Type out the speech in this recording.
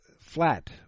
flat